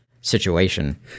situation